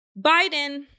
Biden